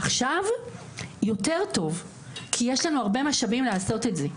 עכשיו יותר טוב כי יש לנו הרבה משאבים לעשות את זה.